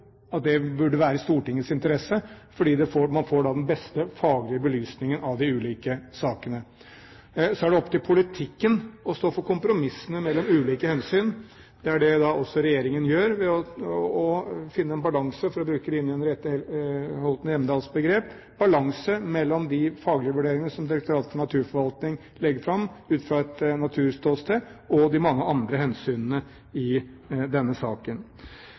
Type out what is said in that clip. at det også burde være i Stortingets interesse, fordi man da får den beste faglige belysningen av de ulike sakene. Så er det opp til politikken å stå for kompromissene mellom ulike hensyn. Det er også det regjeringen gjør for å finne en balanse – for å bruke Line Henriette Hjemdals begrep – mellom de faglige vurderingene som Direktoratet for naturforvaltning legger fram, ut fra et naturståsted, og de mange andre hensynene i denne saken.